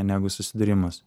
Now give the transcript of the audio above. negu susidūrimas